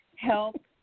Help